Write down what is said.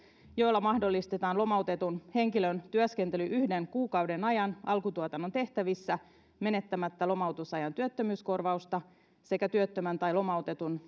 joilla mahdollistetaan lomautetun henkilön työskentely yhden kuukauden ajan alkutuotannon tehtävissä menettämättä lomautusajan työttömyyskorvausta sekä työttömän tai lomautetun